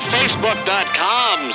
Facebook.com